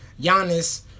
Giannis